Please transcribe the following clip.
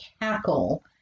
cackle